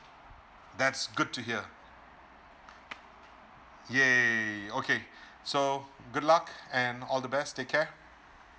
that's good to hear !yay! okay so good luck and all the best take care